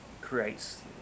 creates